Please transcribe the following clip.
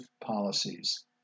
policies